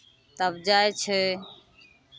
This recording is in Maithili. तब जाइ छै